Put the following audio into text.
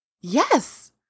yes